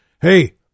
Hey